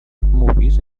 movies